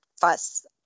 fuss